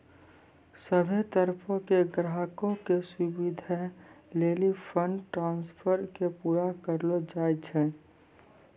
सभ्भे तरहो के ग्राहको के सुविधे लेली फंड ट्रांस्फर के पूरा करलो जाय छै